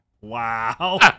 Wow